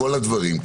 כל הדברים,